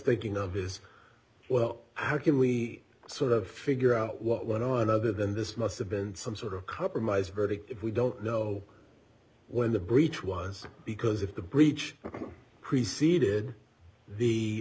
thinking of is well how can we sort of figure out what went on other than this must have been some sort of compromise verdict if we don't know when the breach was because if the breach preceded the